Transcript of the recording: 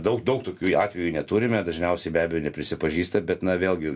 daug daug tokių atvejų neturime dažniausiai be abejo neprisipažįsta bet na vėlgi